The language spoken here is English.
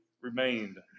remained